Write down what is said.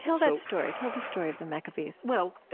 tell that story. tell the story of the maccabees well,